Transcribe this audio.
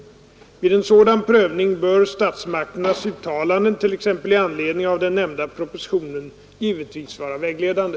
Vid en sådan prövning bör statsmakternas uttalanden — t.ex. i anledning av den nämnda propositionen — givetvis vara vägledande.